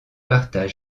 partagent